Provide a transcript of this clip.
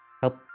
help